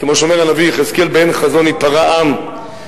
כמו שאומר הנביא יחזקאל: באין חזון ייפרע עם,